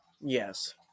yes